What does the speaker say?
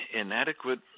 inadequate